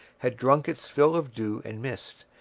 had drunk his fill of dew and mist,